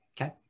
Okay